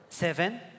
Seven